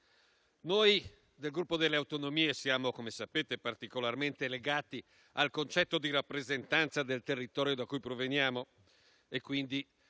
noi del Gruppo per le Autonomie - come sapete - siamo particolarmente legati al concetto di rappresentanza del territorio da cui proveniamo e quindi